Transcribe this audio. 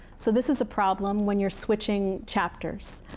so this is a problem when you're switching chapters.